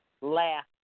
laugh